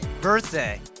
birthday